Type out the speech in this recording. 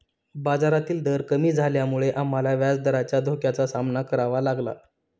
बाजारातील दर कमी झाल्यामुळे आम्हाला व्याजदराच्या धोक्याचा सामना करावा लागला